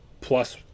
plus